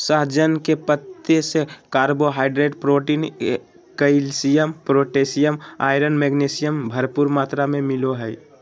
सहजन के पत्ती से carbohydrate, protein, calcium, potassium, iron, magnesium, भरपूर मात्रा में मिलो हइ